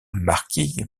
marquis